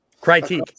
Critique